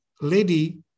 lady